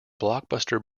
blockbuster